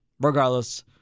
Regardless